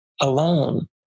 alone